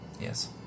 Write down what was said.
Yes